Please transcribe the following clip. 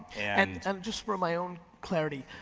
and um just for my own clarity,